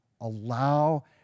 Allow